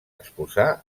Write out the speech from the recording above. exposar